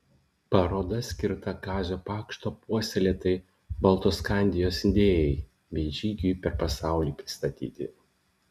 paroda skirta kazio pakšto puoselėtai baltoskandijos idėjai bei žygiui per pasaulį pristatyti